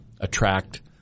attract